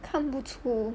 看不出